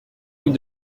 rue